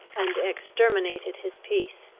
and exterminated his peace.